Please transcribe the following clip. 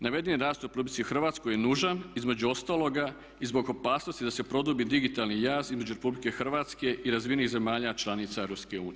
Navedeni je rast u RH je nužan između ostaloga i zbog opasnosti da se produbi digitalni jaz između RH i razvijenih zemalja članica EU.